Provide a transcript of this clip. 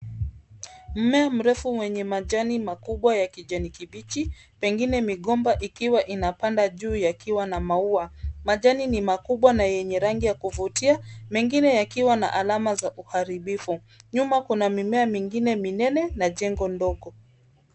Mmea mrefu wenye majani makubwa ya kijani kibichi, pengine migomba ikiwa inapanda juu yakiwa na maua. Majani ni makubwa na yenye rangi ya kuvutia, mengine yakiwa na alama za uharibifu. Nyuma kuna mimea mingine minene na jengo ndogo.